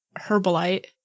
Herbalite